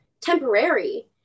temporary